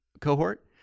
cohort